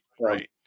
right